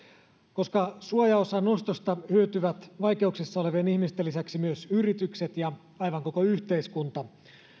koska suojaosan nostosta hyötyvät vaikeuksissa olevien ihmisten lisäksi myös yritykset ja aivan koko yhteiskunta